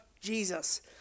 Jesus